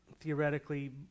theoretically